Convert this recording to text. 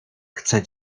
chcę